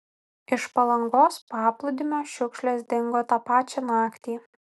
iš palangos paplūdimio šiukšlės dingo tą pačią naktį